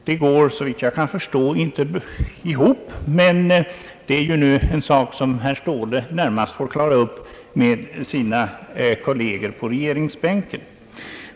Det här går såvitt jag kan förstå inte ihop, men det är en sak som herr Ståhle närmast får klara upp med sina kolleger på regeringsbänken.